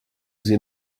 sie